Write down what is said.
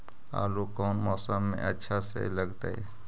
आलू कौन मौसम में अच्छा से लगतैई?